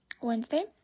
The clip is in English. Wednesday